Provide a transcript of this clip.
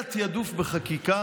היה תיעדוף בחקיקה.